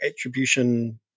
attribution